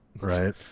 Right